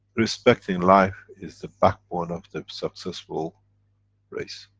respecting life is the backbone of the successful race.